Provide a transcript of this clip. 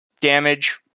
damage